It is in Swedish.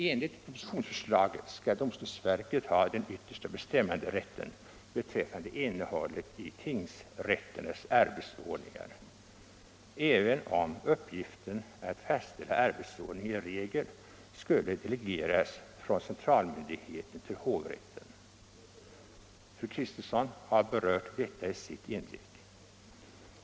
Enligt propositionsförslaget skall domstolsverket ha den yttersta bestämmanderätten beträffande innehållet i tingsrätternas arbetsordningar, även om uppgiften att fastställa arbetsordning i regel skulle delegeras från centralmyndigheten till hovrätterna. Fru Kristensson har berört detta i sitt inledningsanförande.